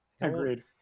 agreed